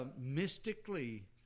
mystically